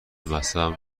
مذهبم